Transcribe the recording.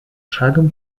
шагом